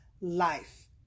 life